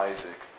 Isaac